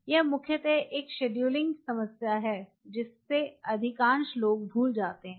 यह मुख्यतः एक शेड्यूलिंग समस्या है जिसे अधिकांश लोग भूल जाते हैं